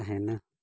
ᱛᱟᱦᱮᱱᱟ